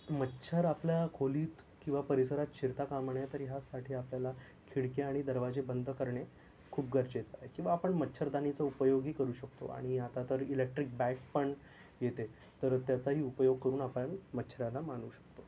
मच्छर आपल्या खोलीत किंवा परिसरात शिरता कामा नये तरी ह्यासाठी आपल्याला खिडक्या आणि दरवाजे बंद करणे खूप गरजेचं आहे किंवा आपण मच्छरदाणीचा उपयोगही करू शकतो आणि आता तर इलेक्ट्रिक बॅट पण येते तर त्याचा ही उपयोग करून आपण मच्छरांना मारू शकतो